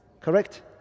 Correct